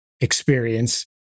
experience